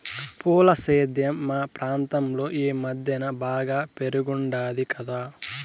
పూల సేద్యం మా ప్రాంతంలో ఈ మద్దెన బాగా పెరిగుండాది కదా